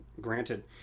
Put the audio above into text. granted